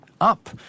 up